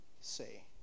say